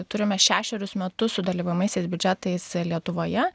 turime šešerius metus su dalyvaujamaisiais biudžetais lietuvoje